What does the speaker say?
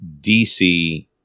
DC